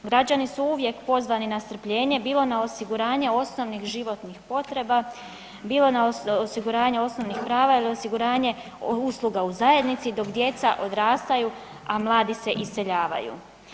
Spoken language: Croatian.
Građani su uvijek pozvani na strpljenje bilo na osiguranje osnovnih životnih potreba, bilo na osiguranje osnovnih prava ili osiguranje usluga u zajednici dok djeca odrastaju, a mladi se iseljavaju.